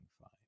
fine